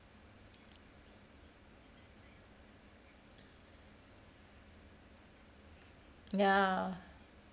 ya